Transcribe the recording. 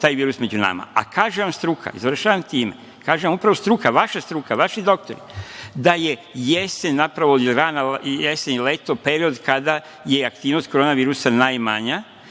taj virus među nama. Kaže vam struka i završavam time, kaže vam struka, vaša struka, vaši doktori da je jesen, zapravo rana jesen i leto period kada je aktivnost Koronavirusa najmanja